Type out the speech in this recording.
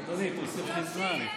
אדוני, תוסיף לי זמן.